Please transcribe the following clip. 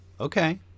Okay